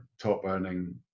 top-earning